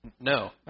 No